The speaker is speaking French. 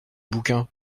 bouquins